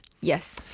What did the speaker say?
Yes